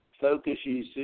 focuses